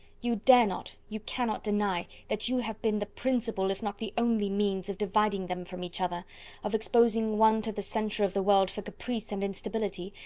you dare not, you cannot deny, that you have been the principal, if not the only means of dividing them from each other of exposing one to the censure of the world for caprice and instability,